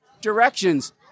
directions